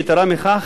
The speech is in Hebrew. יתירה מכך,